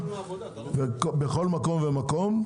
בכל מקום ומקום,